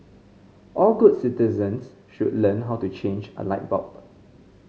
all good citizens should learn how to change a light bulb